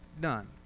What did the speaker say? done